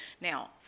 Now